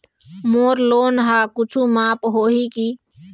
मोर loan हा कुछू माफ होही की?